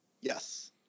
Yes